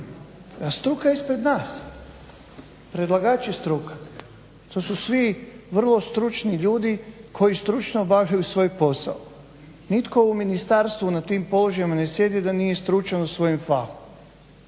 Struka je ispred nas. Predlagač je struka, to su svi vrlo stručni ljudi koji stručno obavljaju svoj posao, nitko u Ministarstvu na tim položajima ne sjedi da nije stručan u svojem fahu.